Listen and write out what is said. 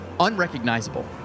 unrecognizable